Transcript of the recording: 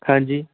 ਹਾਂਜੀ